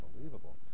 unbelievable